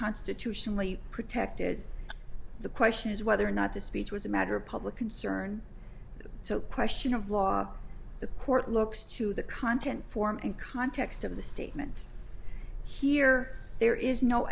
constitutionally protected the question is whether or not the speech was a matter of public concern so question of law the court looks to the content form and context of the statement here there is no